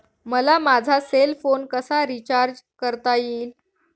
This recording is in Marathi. मला माझा सेल फोन कसा रिचार्ज करता येईल?